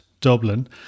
Dublin